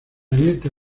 dieta